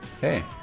hey